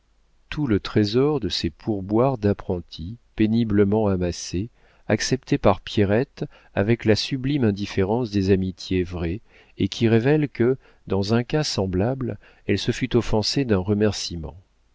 tout le trésor de ses pour boire d'apprenti péniblement amassés accepté par pierrette avec la sublime indifférence des amitiés vraies et qui révèle que dans un cas semblable elle se fût offensée d'un remerciement